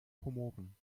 komoren